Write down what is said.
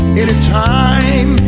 anytime